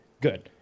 good